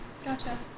Gotcha